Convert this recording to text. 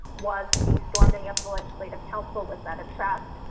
was the storming of the legislative council, was that a trap?